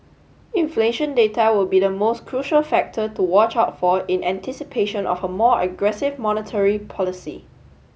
inflation data will be the most crucial factor to watch out for in anticipation of a more aggressive monetary policy